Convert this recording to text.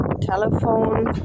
telephone